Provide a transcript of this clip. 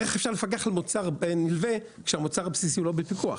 איך אפשר לפקח על מוצר נלווה כשהמוצר הבסיסי לא בפיקוח?